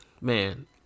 Man